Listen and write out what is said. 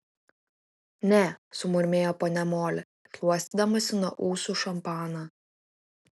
ne sumurmėjo ponia moli šluostydamasi nuo ūsų šampaną